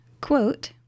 quote